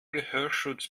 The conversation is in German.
gehörschutz